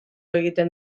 egiten